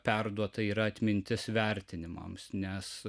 perduota yra atmintis vertinimams nes